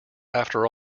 after